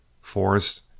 forest